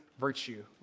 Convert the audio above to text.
virtue